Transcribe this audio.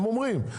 הם אומרים,